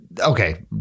Okay